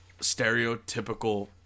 stereotypical